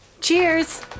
cheers